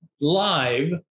live